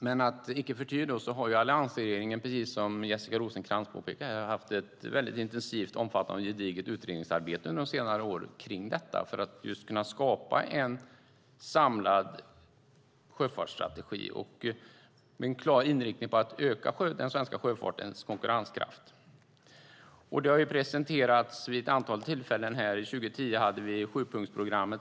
Men icke förty har alliansregeringen, precis som Jessica Rosencrantz påpekade, haft ett intensivt, omfattande och gediget utredningsarbete under senare år om detta för att just kunna skapa en samlad sjöfartsstrategi med en klar inriktning mot att öka den svenska sjöfartens konkurrenskraft. Det har presenterats vid ett antal tillfällen här. 2010 hade vi sjupunktsprogrammet.